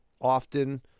often